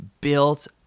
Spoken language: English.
built